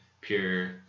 pure